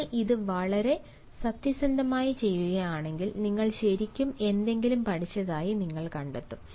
നിങ്ങൾ ഇത് വളരെ സത്യസന്ധമായി ചെയ്യുകയാണെങ്കിൽ നിങ്ങൾ ശരിക്കും എന്തെങ്കിലും പഠിച്ചതായി നിങ്ങൾ കണ്ടെത്തും